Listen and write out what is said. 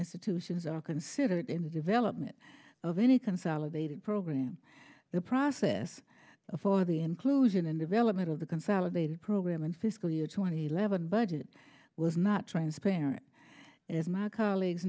institutions are considered in the development of any consolidated programme the process for the inclusion and development of the consolidated programme in fiscal year twenty eleven budget was not transparent if my colleagues